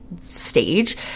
stage